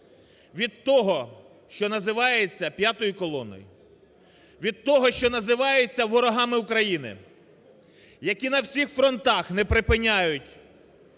від того, що називається "п'ятою колоною", від того, що називається "ворогами України", які на всіх фронтах не припиняють